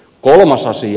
kolmas asia